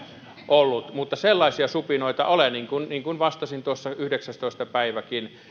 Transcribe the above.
ollut mutta sellaisia supinoita oli niin kuin vastasin yhdeksännentoista päiväkin